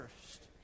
first